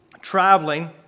traveling